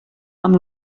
amb